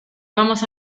vamos